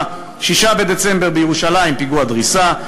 פיגוע דריסה,